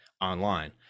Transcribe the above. online